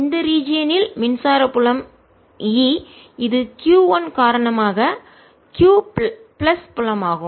இந்த ரீஜியன் இல் மின்சார புலம் E இது q 1 காரணமாக q பிளஸ் புலம் ஆகும்